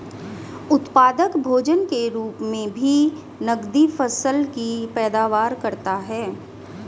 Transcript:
उत्पादक भोजन के रूप मे भी नकदी फसल की पैदावार करता है